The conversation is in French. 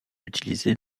utilisé